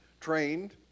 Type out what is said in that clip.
trained